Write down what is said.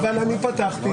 אבל אני פתחתי.